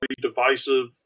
divisive